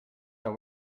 are